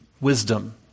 wisdom